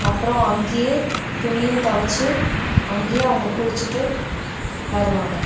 அப்புறோம் அங்கேயே துணியும் துவச்சு அங்கேயே அவங்க குளிச்சிட்டு வருவாங்கள்